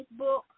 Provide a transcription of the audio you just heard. Facebook